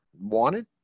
wanted